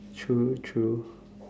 true true